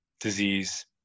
disease